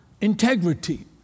integrity